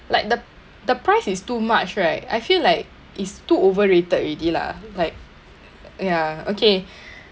like the the price is too much right I feel like is to overrated already lah like ya okay